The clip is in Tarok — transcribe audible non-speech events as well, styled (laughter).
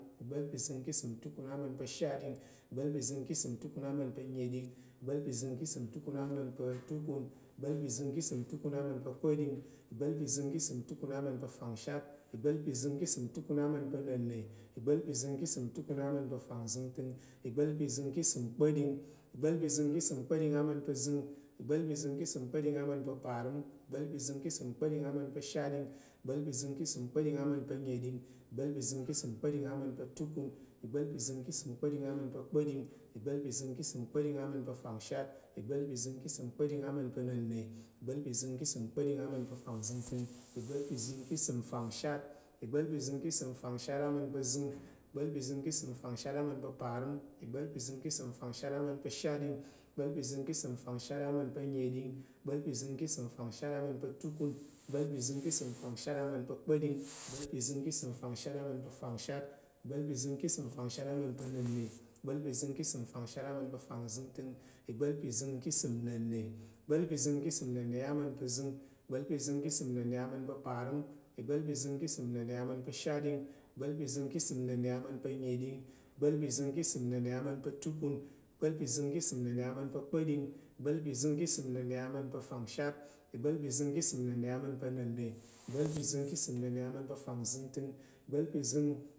Igba̱l pa̱ ìzəng ka̱ səm tukun aman pa̱ shatɗing, igba̱l pa̱ ìzəng ka̱ səm tukun aman pa̱ neɗing, igba̱l pa̱ ìzəng ka̱ səm tukun aman pa̱ tukun, igba̱l pa̱ ìzəng ka̱ səm tukun aman pa̱ kpa̱ɗing, igba̱l pa̱ ìzəng ka̱ səm tukun aman pa̱ fangshat. igba̱l pa̱ ìzəng ka̱ səm tukun aman pa̱ na̱nne, igba̱l pa̱ ìzəng ka̱ səm tukun aman pa̱ fangzəngtəng, igba̱l pa̱ ìzəng ka̱ isəm kpa̱ɗing. igba̱l pa̱ ìzəng ka̱ isəm kpa̱ɗing ama̱n zəng, igba̱l pa̱ ìzəng ka̱ isəm kpa̱ɗing ama̱n pa̱ parəm, igba̱l pa̱ ìzəng ka̱ isəm kpa̱ɗing ama̱n pa̱ shatɗing, igba̱l ka̱ isəm kpa̱ɗing ama̱n pa̱ shatɗing nəɗing, igba̱l isəm kpa̱ɗing ama̱n pa̱ tukun, igba̱l ka̱ isəm kpa̱ɗing ama̱n pa̱ kpa̱ɗing, isəm igba̱l kpa̱ɗing ama̱n pa̱ fangshat, igba̱l ka̱ isəm kpa̱ɗing ama̱n pa nenne, v ka̱ isəm kpa̱ɗing ama̱n pa fangzəngtəng. igba̱l ka̱ isəm fangshat,. igba̱l ka̱ isəm fangshat aman pa̱ zəng. igba̱l ka̱ isəm fangshat aman pa̱ parəm, igba̱l ka̱ isəm fangshat aman pa̱ shatding, (unintelligible) igba̱l ka̱ isəm fangshat aman pa̱ tukun, igba̱l ka̱ isəm fangshat aman pa̱ kpa̱ɗing, igba̱l ka̱ isəm fangshat aman pa̱ fangshat, igba̱l ka̱ isəm fangshat aman pa̱ nenne, igba̱l ka̱ isəm fangshat aman pa̱ fangziəngtəng, igba̱l ka̱ isəm nəna̱n, igba̱l ka̱ isəm nəna̱n azəng igba̱l ka̱ isəm nəna̱n parəm, iigba̱l ka̱ isəm nəna̱n satɗing, igba̱l ka̱ isəm nəna̱n anəna̱nigba̱l ka̱ isəm nəna̱n ama̱n pa̱ tukun, iigba̱l ka̱ isəm nəna̱n ama̱n pa̱ kpa̱ɗing, igba̱l ka̱ isəm nəna̱n ama̱n pa̱ fangshat, igba̱l ka̱ isəm nəna̱n ama̱n pa̱ nenne. igba̱l ka̱ isəm nəna̱n fangzəngtəng, igba̱l pa̱ ìzəng.